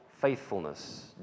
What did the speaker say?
faithfulness